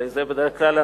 הרי זה בדרך כלל הנוהג.